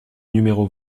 numéro